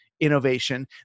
innovation